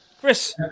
Chris